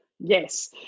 Yes